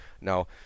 Now